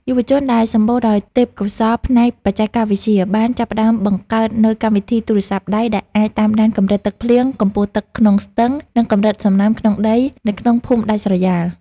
យុវជនដែលសម្បូរដោយទេពកោសល្យផ្នែកបច្ចេកវិទ្យា បានចាប់ផ្ដើមបង្កើតនូវកម្មវិធីទូរស័ព្ទដៃ ដែលអាចតាមដានកម្រិតទឹកភ្លៀង កម្ពស់ទឹកក្នុងស្ទឹង និងកម្រិតសំណើមក្នុងដីនៅក្នុងភូមិដាច់ស្រយាល។